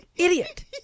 idiot